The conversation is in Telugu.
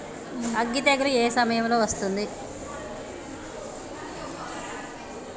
అగ్గి తెగులు ఏ సమయం లో వస్తుంది?